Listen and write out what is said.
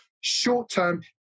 short-term